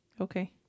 Okay